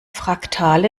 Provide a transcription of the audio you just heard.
fraktal